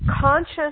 Conscious